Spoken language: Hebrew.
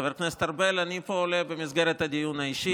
חבר הכנסת ארבל, אני פה עולה במסגרת הדיון האישי.